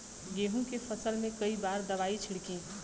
गेहूँ के फसल मे कई बार दवाई छिड़की?